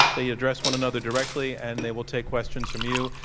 they address one another directly, and they will take questions from you